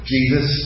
Jesus